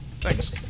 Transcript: thanks